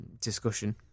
discussion